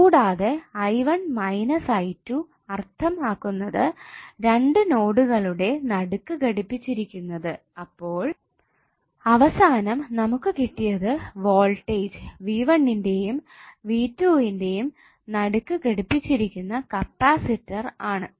കൂടാതെ i1 minus i2 അർത്ഥം ആക്കുന്നത് രണ്ട് നോഡുകളുടെ നടുക്ക് ഘടിപ്പിച്ചിരിക്കുന്നത് അപ്പോൾ അവസാനം നമുക്ക് കിട്ടിയത് വോൾട്ടേജ് v1 ന്റെയും v2 ന്റെയും നടുക്ക് ഘടിപ്പിച്ചിരിക്കുന്ന കപ്പാസിറ്റർ ആണ്